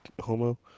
homo